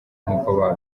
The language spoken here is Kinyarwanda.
nk’uko